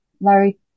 larry